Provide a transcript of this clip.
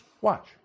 Watch